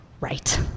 right